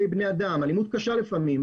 באלימות קשה לפעמים,